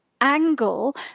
angle